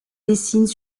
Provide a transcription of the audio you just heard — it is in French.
dessinent